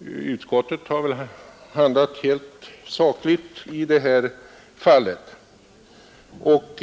Utskottet har handlat helt sakligt i detta fall.